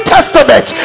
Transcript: Testament